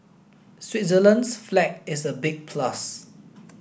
Switzerland's flag is a big plus